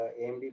AMD